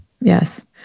yes